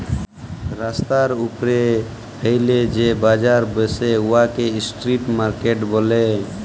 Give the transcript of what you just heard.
রাস্তার উপ্রে ফ্যাইলে যে বাজার ব্যসে উয়াকে ইস্ট্রিট মার্কেট ব্যলে